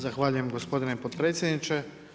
Zahvaljujem gospodine potpredsjedniče.